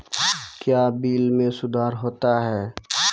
क्या बिल मे सुधार होता हैं?